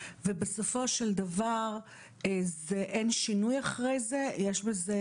ובסופו של דבר אין שינוי אחרי זה - יש לזה